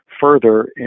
further